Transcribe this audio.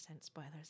spoilers